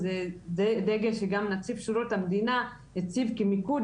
וזה דגש שגם נציב שירות המדינה הציב כמיקוד